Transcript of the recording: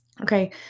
Okay